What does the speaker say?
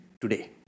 today